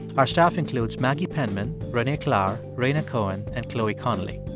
our staff includes maggie penman, renee klahr, rhaina cohen and chloe connellly.